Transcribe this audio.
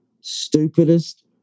stupidest